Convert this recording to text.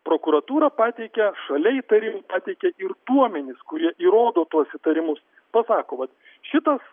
prokuratūra pateikia šalia įtarimų pateikia ir duomenis kurie įrodo tuos įtarimus pasako vat šitos